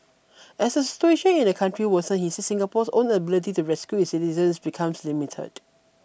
as the situation in the country worsens he said Singapore's own ability to rescue its citizens becomes limited